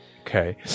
Okay